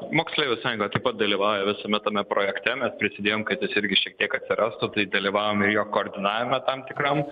moksleivių sąjunga taip pat dalyvauja visame tame projekte mes prisidėjom kad jis irgi šiek tiek atsirastų tai dalyvavom ir jo koordinavime tam tikram